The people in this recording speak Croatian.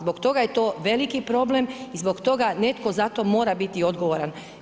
Zbog toga je to veliki problem i zbog toga netko za to mora biti odgovoran.